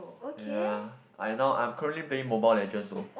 yea I now I am currently playing Mobile Legend so